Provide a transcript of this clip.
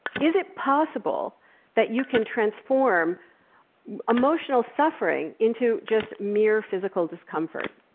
is it possible that you can transform emotional suffering into just mere physical discomfort?